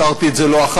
הצהרתי את זה לא אחת,